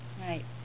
Right